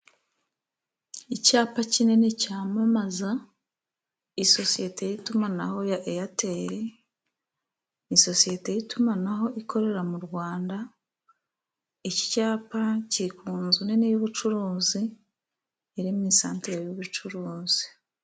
Icyapa kinini cyamamaza isosiyete y'itumanaho ya Eyateri, ni isosiyete y'itumanaho ikorera mu Rwanda, iki cyapa kiri ku inzu nini y'ubucuruzi, iri mu santere y'ubucuruzi.